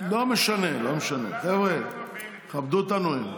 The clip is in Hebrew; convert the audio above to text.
לא משנה, לא משנה, חבר'ה, כבדו את הנואם.